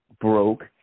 broke